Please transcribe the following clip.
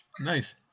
Nice